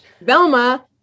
Velma